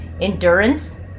Endurance